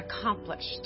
accomplished